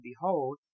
Behold